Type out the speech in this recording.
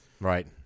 Right